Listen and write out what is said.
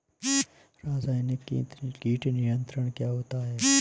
रसायनिक कीट नियंत्रण क्या होता है?